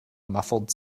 muffled